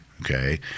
okay